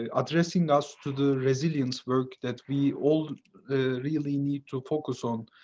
ah addressing us to the resilience work that we all really need to focus on.